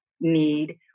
need